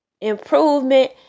improvement